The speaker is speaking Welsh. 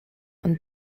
ond